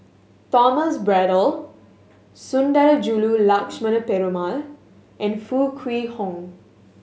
Thomas Braddell Sundarajulu Lakshmana Perumal and Foo Kwee Horng